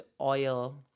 oil